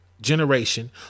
generation